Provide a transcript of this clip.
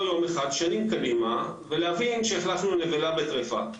יום אחד שנים קדימה ולהבין שהחלפנו נבלה בטרפה.